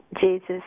Jesus